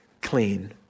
clean